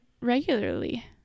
regularly